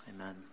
amen